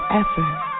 effort